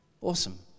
Awesome